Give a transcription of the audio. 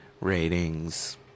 ratings